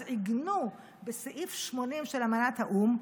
אז עיגנו בסעיף 80 של אמנת האו"ם,